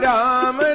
Ram